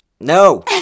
No